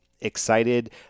excited